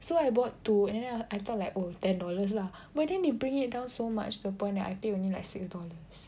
so I bought two and then I thought like oh ten dollars lah but then they bring it down so much to the point I pay only like six dollars